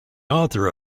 author